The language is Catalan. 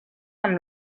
amb